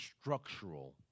structural